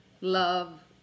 love